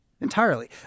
entirely